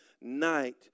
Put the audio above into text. night